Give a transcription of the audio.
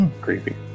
Creepy